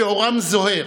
שאורם זוהר